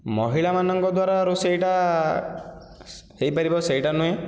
ମହିଳାମାନଙ୍କ ଦ୍ୱାରା ରୋଷେଇଟା ହୋଇପାରିବ ସେଇଟା ନୁହେଁ